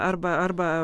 arba arba